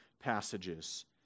passages